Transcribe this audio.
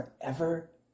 forever